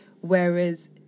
Whereas